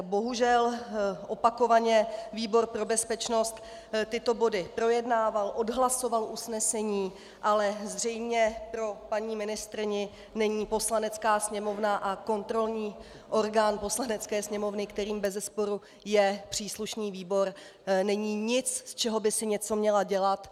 Bohužel opakovaně výbor pro bezpečnost tyto body projednával, odhlasoval usnesení, ale zřejmě pro paní ministryni není Poslanecká sněmovna a kontrolní orgán Poslanecké sněmovny, kterým bezesporu je příslušný výbor, nic, z čeho by si něco měla dělat.